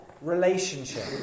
relationship